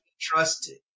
trusted